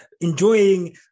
enjoying